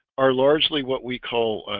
are largely what we call?